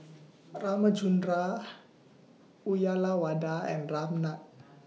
Ramchundra Uyyalawada and Ramnath